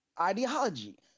ideology